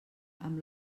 amb